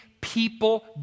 people